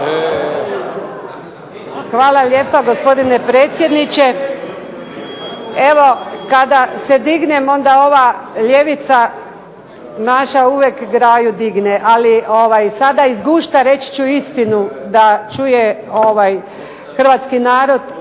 Hvala lijepo gospodine predsjedniče, evo kada se dignem onda ova ljevica uvijek graju digne, ali evo sada iz gušta reći ću istinu da čuje Hrvatski narod,